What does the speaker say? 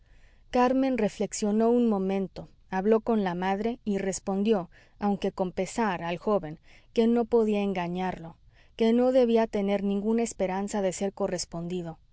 carmen reflexionó un momento habló con la madre y respondió aunque con pesar al joven que no podía engañarlo que no debía tener ninguna esperanza de ser correspondido